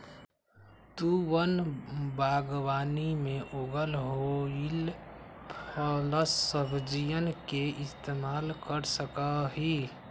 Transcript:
तु वन बागवानी में उगल होईल फलसब्जियन के इस्तेमाल कर सका हीं